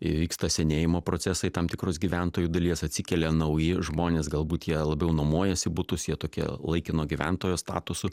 vyksta senėjimo procesai tam tikros gyventojų dalies atsikelia nauji žmonės galbūt jie labiau nuomojasi butus jie tokie laikino gyventojo statusu